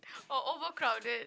or overcrowded